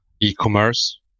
e-commerce